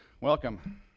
welcome